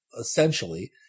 essentially